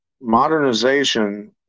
modernization